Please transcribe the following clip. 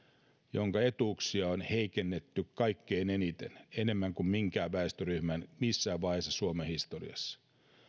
jonka etuuksia on heikennetty kaikkein eniten enemmän kuin minkään väestöryhmän missään vaiheessa suomen historiassa